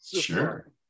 Sure